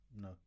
no